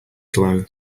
glow